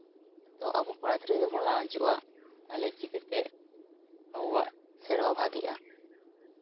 ᱟᱵᱚ ᱠᱚᱲᱟ ᱜᱤᱫᱽᱨᱟᱹ ᱜᱮᱵᱚᱱ ᱞᱟᱦᱟ ᱦᱤᱡᱩᱜᱼᱟ ᱛᱟᱦᱚᱞᱮ ᱪᱤᱠᱟᱹᱛᱮ ᱟᱵᱚᱣᱟᱜ ᱥᱮᱨᱣᱟ ᱵᱷᱟᱹᱜᱤᱜᱼᱟ